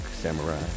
Samurai